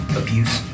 abuse